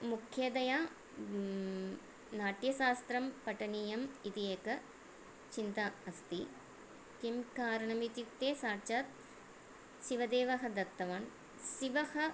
मुख्यतया नाट्यशास्त्रं पठनीयम् इति एका चिन्ता अस्ति किं कारणमित्युक्ते सः च शिवदेवः दत्तवान् शिवः